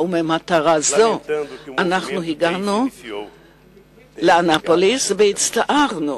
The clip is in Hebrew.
במטרה זו הגענו לאנאפוליס, והצטערנו